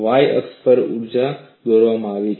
Y અક્ષ પર ઊર્જા દોરવામાં આવે છે